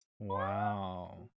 wow